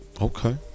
Okay